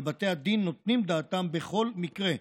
ובתי הדין נותנים דעתם בכל מקרה,